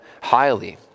highly